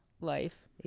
life